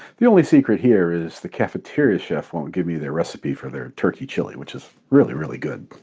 the only secret here is the cafeteria chef won't give me their recipe for their turkey chili, which is really, really good.